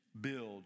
build